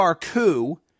coup